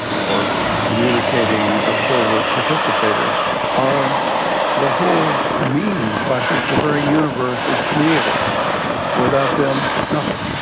or communicating observer participators are the whole means by which the very universe is created without them, nothing.